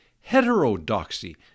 Heterodoxy